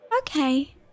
Okay